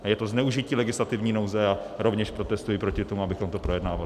Je to zneužití legislativní nouze a rovněž protestuji proti tomu, abychom to projednávali.